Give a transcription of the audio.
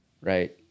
right